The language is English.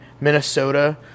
Minnesota